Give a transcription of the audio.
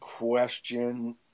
Question